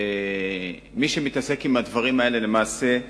ומי שמתעסק עם הדברים האלה, למעשה,